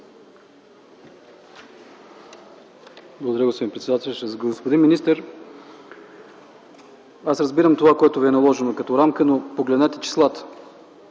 Благодаря, господин председател. Господин министър, разбирам това, което Ви е наложено като рамка, но погледнете числата!